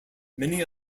many